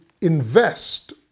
invest